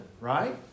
right